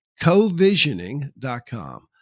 covisioning.com